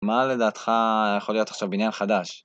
מה לדעתך יכול להיות עכשיו בניין חדש?